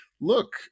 Look